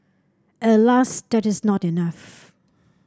Alas that is not enough